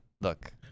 Look